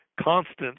constant